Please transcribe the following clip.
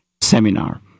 seminar